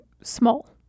small